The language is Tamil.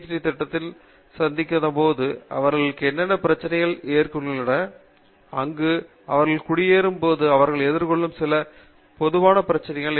D திட்டத்தைச் சந்தித்தபோது அவர்கள் என்னென்ன பிரச்சினைகள் எதிர்கொண்டுள்ளார்கள் அங்கு அவர்கள் குடியேறியபோது அவர்கள் எதிர்கொள்ளும் சில பொதுவான பிரச்சினைகள் உள்ளனவா